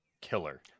killer